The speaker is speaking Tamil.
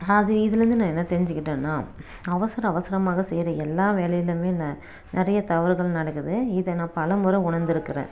அது இதிலந்து நான் என்ன தெரிஞ்சுகிட்டேனா அவசர அவசரமாக செய்கிற எல்லா வேலையிலுமே ந நிறைய தவறுகள் நடக்குது இதை நான் பல முறை உணர்திருக்கிறேன்